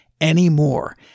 anymore